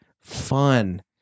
fun